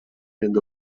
and